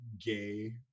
gay